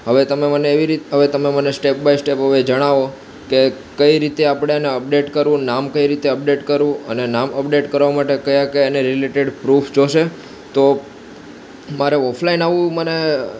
હવે તમે મને એવી રીત હવે તમે મને સ્ટેપ બાય સ્ટેપ જણાવો કે કઈ રીતે આપણે એને અપડેટ કરવું નામ કઈ રીતે અપડેટ કરવું અને નામ અપડેટ કરવા માટે કયા કયા એને રિલેટેડ પ્રૂફ જોશે તો મારે ઓફલાઈન આવું મને